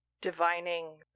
divining